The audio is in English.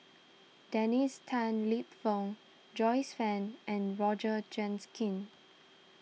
Dennis Tan Lip Fong Joyce Fan and Roger jinns king